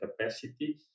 capacity